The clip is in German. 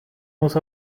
muss